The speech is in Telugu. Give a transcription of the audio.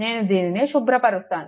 నేను దీనిని శుభ్రపరుస్తాను